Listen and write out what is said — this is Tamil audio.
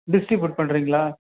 டிஸ்டிரிபியூட் பண்ணுறீங்களா